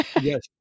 Yes